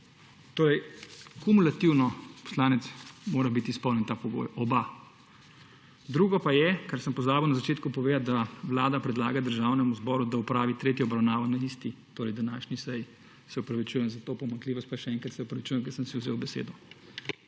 Torej, kumulativno, poslanec, mora biti izpolnjen pogoj. Oba. Drugo pa je, kar sem pozabil na začetku povedati, da Vlada predlaga Državnemu zboru, da opravi tretjo obravnavo na isti, torej današnji seji. Se opravičujem za to pomanjkljivost, pa še enkrat se opravičujem, ker sem si vzel besedo.